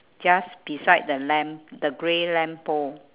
just beside the lamp the grey lamppost